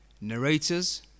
narrators